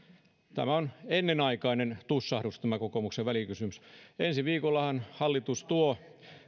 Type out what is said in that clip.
tämä on ennenaikainen tussahdus tämä kokoomuksen välikysymys ensi viikollahan hallitus tuo